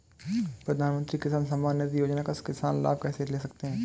प्रधानमंत्री किसान सम्मान निधि योजना का किसान लाभ कैसे ले सकते हैं?